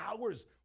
Hours